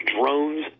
drones